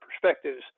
perspectives